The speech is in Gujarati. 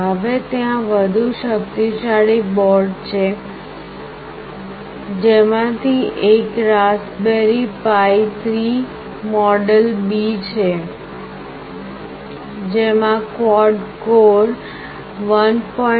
હવે ત્યાં વધુ શક્તિશાળી બોર્ડ છે જેમાંથી એક Raspberry Pi 3 model B છે જેમાં ક્વૉડ કોર 1